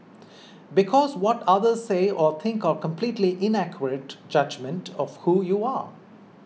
because what others say or think are completely inaccurate judgement of who you are